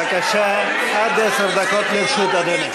בבקשה, עד עשר דקות לרשות אדוני.